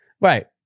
Right